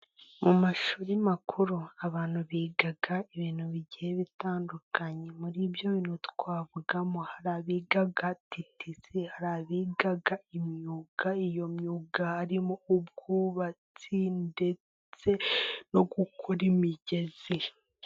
Mu mashuri makuru abantu biga ibintu bigiye bitandukanye. Muri ibyo bintu twavugamo abiga TTC, hari abiga imyuga. Iyo myuga harimo ubwubatsi ndetse no gukora imigezi.